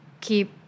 keep